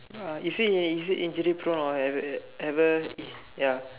uh is he is he injury prone or ever ever ya